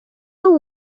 are